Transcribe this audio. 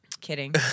Kidding